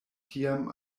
tiam